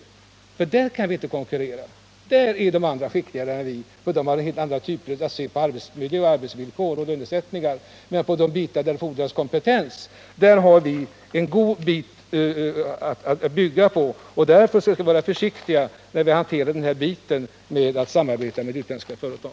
På det området kan vi inte konkurrera, där är de andra skickligare än vi. De har också ett helt annat sätt att se på arbetsmiljö, arbetsvillkor och lönesättningar. Men på de områden där det fordras kompetens har vi en god grund att bygga på, och därför skall vi vara försiktiga när vi hanterar frågan om samarbete med utländska företag.